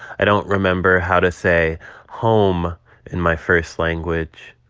i don't remember how to say home in my first language,